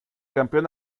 campeón